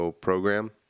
program